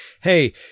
hey